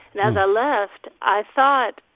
and as i left, i thought,